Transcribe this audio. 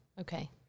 Okay